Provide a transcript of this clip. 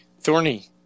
Thorny